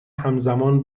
همزمان